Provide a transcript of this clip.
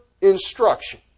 instruction